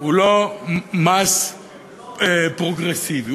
הוא לא מס פרוגרסיבי,